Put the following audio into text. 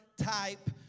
type